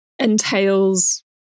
entails